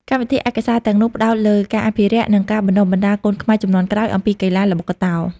កម្មវិធីឯកសារទាំងនោះផ្តោតលើ ការអភិរក្ស និង ការបណ្តុះបណ្តាល កូនខ្មែរជំនាន់ក្រោយអំពីកីឡា ល្បុក្កតោ។